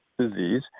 disease